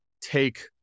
take